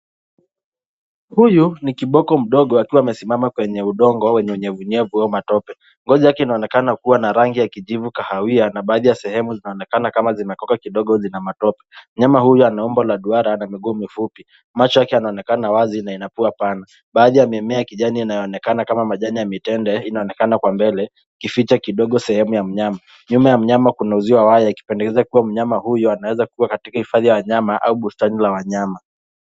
Huyu ni kiboko mdogo akiwa amesimama kwenye udongo wenye unyevunyevu au matope. Ngozi yake inaonekana kuwa na rangi ya kijivu na kahawia na baadhi ya sehemu zinaonekana kama zimekauka kidogo zina matope . Mnyama huyu ana umbo la duara na miguu mifupi. Macho yake yanaonekana wazi na ina pua pana . Baadhi ya mimea ya kijana yanayonekana kama majani ya mitende inaonekana kwa mbele ,ikificha kidogo sehemu ya mnyama. Nyuma ya mnyama kuna uzio wa waya yakipendekeza mnyama huyo anaweza kuwa katika hifadhi ya wanyama au bustani la wanyama.